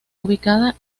ubicada